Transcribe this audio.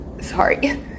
sorry